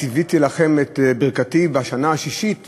"וצִוִיתי את ברכתי לכם בשנה השִשית",